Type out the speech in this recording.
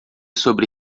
sobre